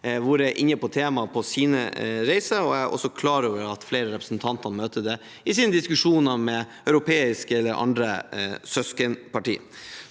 omganger vært inne på temaet på sine reiser, og jeg er klar over at flere representanter møter det i sine diskusjoner med europeiske eller andre søskenparti.